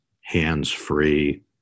hands-free